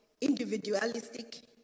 individualistic